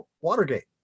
Watergate